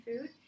food